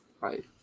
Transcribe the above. right